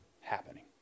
happening